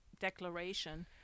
declaration